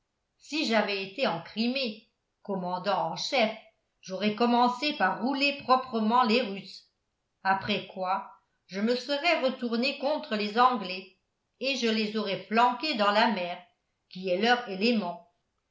si j'avais été en crimée commandant en chef j'aurais commencé par rouler proprement les russes après quoi je me serais retourné contre les anglais et je les aurais flanqués dans la mer qui est leur élément